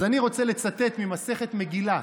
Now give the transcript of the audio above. אז אני רוצה לצטט ממסכת מגילה.